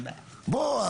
בוא,